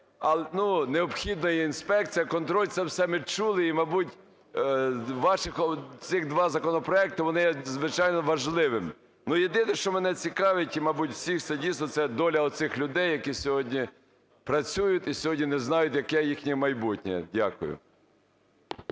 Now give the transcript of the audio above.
А ну необхідна і інспекція, контроль – це все ми чули. І мабуть ваші ці два законопроект вони, звичайно, важливі, но єдине, що мене цікавить і, мабуть, всіх, це, дійсно, це доля оцих людей, які сьогодні працюють і сьогодні не знають, яке їхнє майбутнє. Дякую.